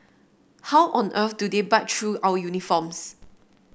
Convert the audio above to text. how on earth do they bite through our uniforms